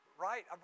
Right